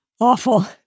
Awful